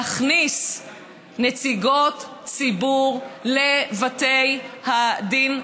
להכניס נציגוֹת ציבור לבתי הדין הרבניים.